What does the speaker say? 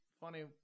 funny